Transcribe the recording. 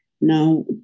now